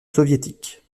soviétique